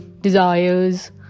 desires